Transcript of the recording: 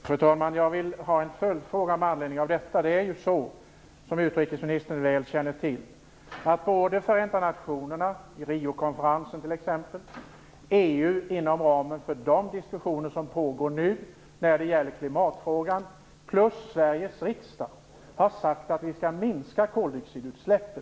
Fru talman! Jag har en följdfråga med anledning av detta. Det är ju så, som utrikesministern väl känner till, att både Förenta nationerna, t.ex. i Riokonferensen, och EU, inom ramen för de diskussioner som nu pågår beträffande klimatfrågan, och dessutom Sveriges riksdag har sagt att vi skall minska koldioxidutsläppen.